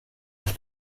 auf